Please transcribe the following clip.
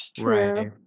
Right